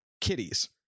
kitties